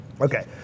Okay